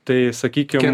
tai sakykim